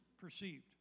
perceived